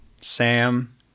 Sam